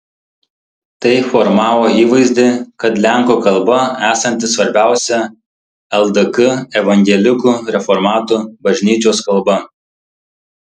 tai formavo įvaizdį kad lenkų kalba esanti svarbiausia ldk evangelikų reformatų bažnyčios kalba